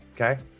okay